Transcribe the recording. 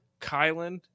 Kylan